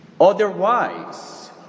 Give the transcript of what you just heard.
Otherwise